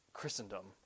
Christendom